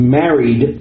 married